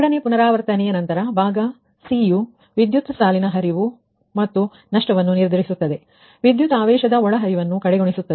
ಎರಡನೇ ಪುನರಾವರ್ತನೆಯ ನಂತರ ಭಾಗ c ಯು ವಿದ್ಯುತ್ ಸಾಲಿನ ಹರಿವು ಮತ್ತು ನಷ್ಟವನ್ನು ನಿರ್ಧರಿಸುತ್ತದೆ ಹಾಗೂ ವಿದ್ಯುತ್ ಆವೇಶದ ಒಳಹರಿವನ್ನು ಕಡೆಗಣಿಸುತ್ತದೆ